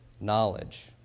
knowledge